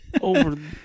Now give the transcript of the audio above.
over